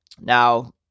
Now